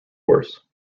worse